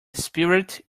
spirit